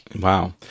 Wow